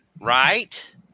right